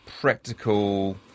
practical